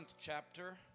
chapter